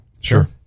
sure